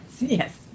yes